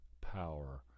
power